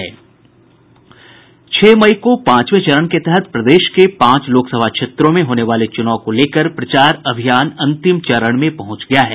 छह मई को पांचवें चरण के तहत प्रदेश के पांच लोकसभा क्षेत्रों में होने वाले च्रनाव को लेकर प्रचार अभियान अंतिम चरण में पहुंच गया है